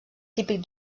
típic